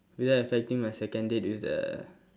without affecting my second date with the